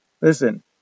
listen